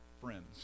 friends